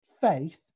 faith